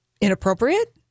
Inappropriate